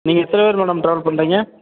நீங்கள் எத்தனை பேர் மேடம் ட்ராவல் பண்ணுறீங்க